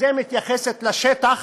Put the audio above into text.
זה מתייחס לשטח